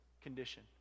condition